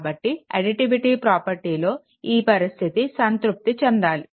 కాబట్టి additivity property లో ఈ పరిస్థితి సంతృప్తి చెందాలి